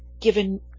given